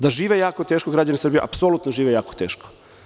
Da žive jako teško građani Srbije, apsolutno žive jako teško.